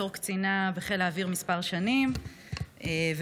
בתור קצינה בחיל האוויר כמה שנים ובמילואים,